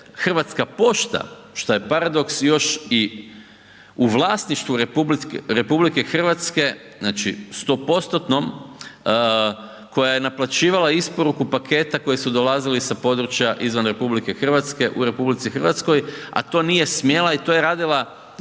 Hrvatska pošta šta je paradoks još i u vlasništvu RH znači 100%-tnom koja je naplaćivala isporuku paketa koji su dolazili sa područja izvan RH u RH, a to nije smjela i to je radila